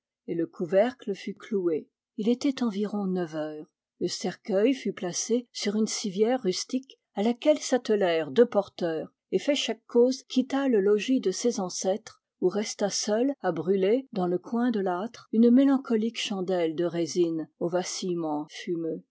et le couvercle fut cloué il était environ neuf heures le cercueil fut placé sur une civière rustique à laquelle s'attelèrent deux porteurs et féchec coz quitta le logis de ses ancêtres où resta seule à brûler dans le coin de l'âtre une mélancolique chandelle de résine aux vacillements fumeux